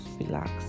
relax